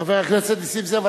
חבר הכנסת נסים זאב,